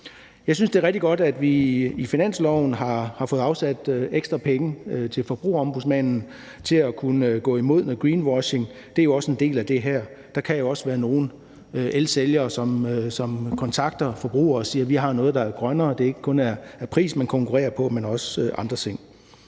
Jeg synes, det er rigtig godt, at vi i finansloven har fået afsat ekstra penge til Forbrugerombudsmanden til at kunne gå imod noget greenwashing. Det er jo også en del af det her. Der kan jo også være nogle elsælgere, som kontakter forbrugere og siger, at de har noget, der er grønnere, sådan at det ikke kun er prisen, man konkurrerer på, men også andre ting.